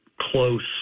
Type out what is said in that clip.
close